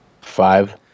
Five